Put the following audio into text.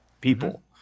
people